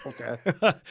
Okay